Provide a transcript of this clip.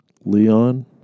Leon